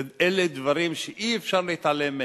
אלה דברים שאי-אפשר להתעלם מהם,